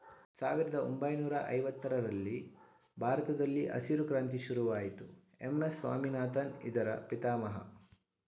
ಸಾವಿರದ ಒಂಬೈನೂರ ಐವತ್ತರರಲ್ಲಿ ಭಾರತದಲ್ಲಿ ಹಸಿರು ಕ್ರಾಂತಿ ಶುರುವಾಯಿತು ಎಂ.ಎಸ್ ಸ್ವಾಮಿನಾಥನ್ ಇದರ ಪಿತಾಮಹ